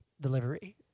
delivery